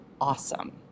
awesome